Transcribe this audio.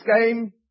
game